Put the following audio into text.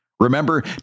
Remember